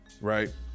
right